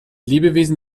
lebewesen